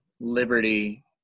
liberty